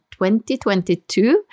2022